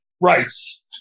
rights